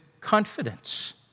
confidence